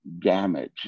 damage